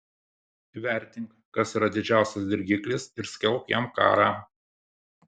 įvertink kas yra didžiausias dirgiklis ir skelbk jam karą